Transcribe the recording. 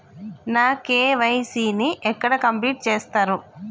నా కే.వై.సీ ని ఎక్కడ కంప్లీట్ చేస్తరు?